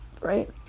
Right